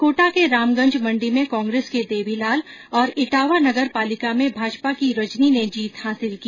कोटा के रामगंज मंडी में कांग्रेस के देवीलाल और इटावा नगरपालिका में भाजपा की रजनी ने जीत हासिल की